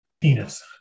penis